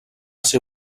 ser